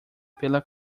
pela